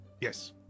Yes